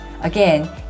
again